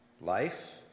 Life